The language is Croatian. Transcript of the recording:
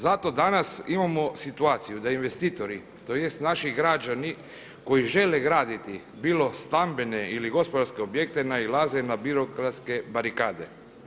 Zato danas imamo situaciju da investitori, tj. naši građani koji žele graditi, bilo stambene ili gospodarske objekte nailaze na birokratske barikade.